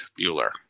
Bueller